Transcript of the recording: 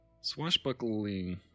Swashbuckling